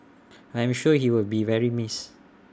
I'm sure he will be very missed